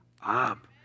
up